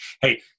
Hey